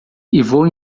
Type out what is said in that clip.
vou